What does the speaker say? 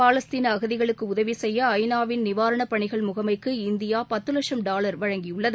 பாலஸ்தீன அகதிகளுக்கு உதவி செய்ய ஐ நா வின் நிவாரணப் பணிகள் முகமைக்கு இந்தியா பத்து லட்சம் டாலர் வழங்கியுள்ளது